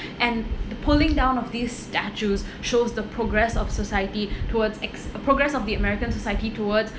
and the pulling down of these statues shows the progress of society towards ex progress of the american society towards